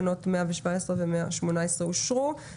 תקנות 117 ו-118 אושרו פה אחד.